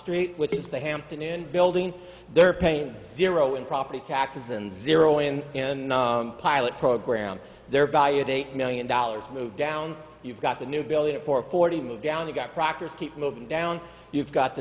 street which is the hampton inn building there paint zero in property taxes and zero in and a pilot program there valued eight million dollars moved down you've got the new building at four forty move down the got proctors keep moving down you've got